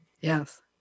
Yes